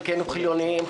חלקנו חילוניים,